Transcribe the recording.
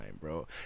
bro